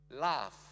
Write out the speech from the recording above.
laugh